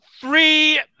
three